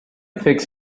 fix